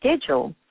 schedule